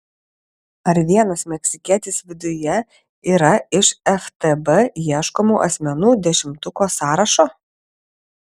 ar vienas meksikietis viduje yra iš ftb ieškomų asmenų dešimtuko sąrašo